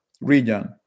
region